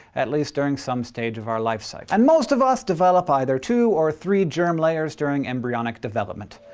at least during some stage of our life cycle. and most of us develop either two or three germ layers during embryonic development,